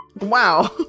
Wow